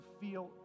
feel